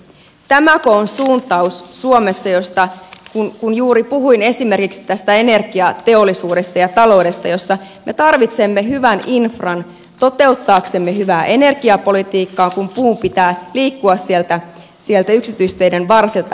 tämäkö on suuntaus suomessa kun juuri puhuin esimerkiksi tästä energiateollisuudesta ja taloudesta jossa me tarvitsemme hyvän infran toteuttaaksemme hyvää energiapolitiikkaa kun puun pitää liikkua sieltä yksityisteiden varsilta pääteille